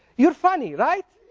you're funny right?